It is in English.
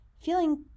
feeling